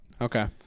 okay